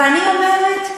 ואני אומרת,